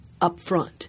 upfront